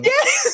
Yes